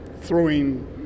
throwing